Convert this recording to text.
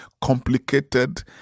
complicated